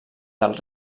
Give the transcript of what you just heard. del